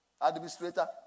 Administrator